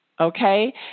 Okay